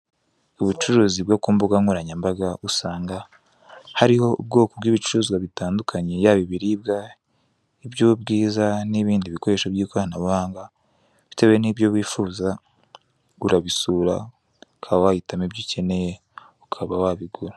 Ubucuruzi bwo ku mbuga nkoranyambaga usanga hariho ubwoko bw'ibicuruzwa bitandukanye, yaba ibiribwa, iby'ubwiza, n'ibindi bikoresho by'ikoranabuhanga, bitewe n'ibyo wifuza, urabisura, ukaba wahitamo ibyo ukeneye, ukaba wabigura.